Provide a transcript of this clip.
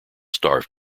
starved